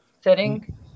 setting